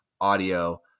audio